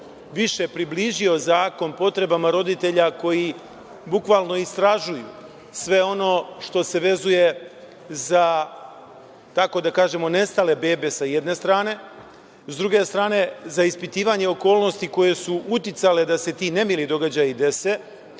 više približio zakon potrebama roditelja koji bukvalno istražuju sve ono što se vezuje za, kako da kažemo, nestale bebe sa jedne strane, a sa druge strane, za ispitivanje okolnosti koje su uticale da se ti nemili događaji dese,